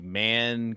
man